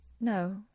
No